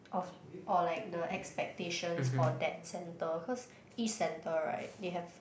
of or like the expectations for that centre cause each centre right they have